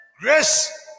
grace